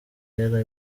yari